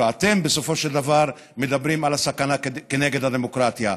ואתם בסופו של דבר מדברים על הסכנה כנגד הדמוקרטיה.